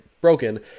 broken